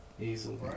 Easily